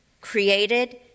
created